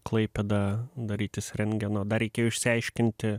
klaipėdą darytis rentgeno dar reikėjo išsiaiškinti